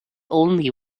only